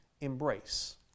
embrace